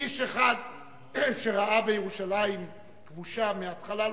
איש אחד שראה בירושלים כבושה מהתחלה,